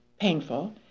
painful